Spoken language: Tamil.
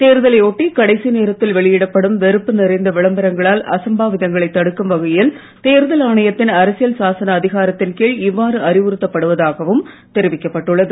தேர்தலை ஒட்டி கடைசி நேரத்தில் வெளியிடப்படும் வெறுப்பு நிறைந்த விளம்பரங்களால் அசம்பாவிதங்களைத் தடுக்கும் வகையில் தேர்தல் ஆணையத்தின் அரசியல் சாசன அதிகாரத்தின் கீழ் இவ்வாறு அறிவுறுத்தப் படுவதாகவும் தெரிவிக்கப் பட்டுள்ளது